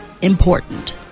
important